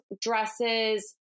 dresses